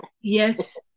Yes